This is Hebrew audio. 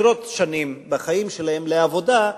עשרות שנים מהחיים שלהם לעבודה,